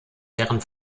deren